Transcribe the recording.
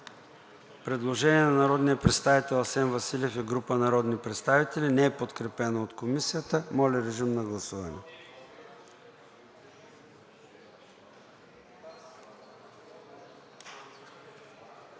Предложение на народния представител Асен Василев и група народни представители, неподкрепено от Комисията. Моля, режим на гласуване.